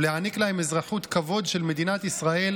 ולהעניק להם אזרחות כבוד של מדינת ישראל